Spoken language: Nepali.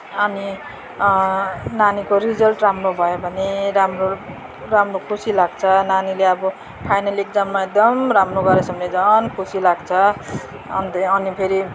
अनि नानीको रिजल्ट राम्रो भयो भने राम्रो राम्रो खुसी लाग्छ नानीले अब फाइनल एक्जाममा एकदम राम्रो गरेछ भने झन् खुसी लाग्छ अन्त अनि फेरि